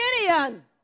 Gideon